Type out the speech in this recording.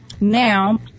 now